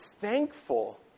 thankful